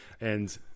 And-